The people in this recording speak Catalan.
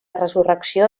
resurrecció